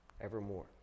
evermore